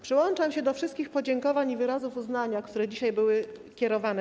Przyłączam się do wszystkich podziękowań i wyrazów uznania, które dzisiaj były do pana kierowane.